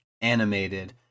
animated